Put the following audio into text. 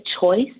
choice